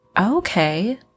Okay